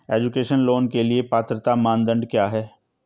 Education loan के लिए पात्रता मानदंड क्या है?